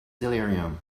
delirium